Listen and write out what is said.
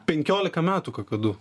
penkiolika metų kakadu